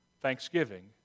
thanksgiving